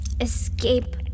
escape